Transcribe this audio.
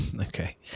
Okay